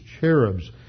cherubs